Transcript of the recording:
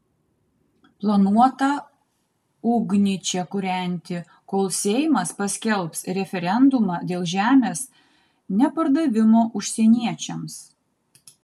planuota ugnį čia kūrenti kol seimas paskelbs referendumą dėl žemės nepardavimo užsieniečiams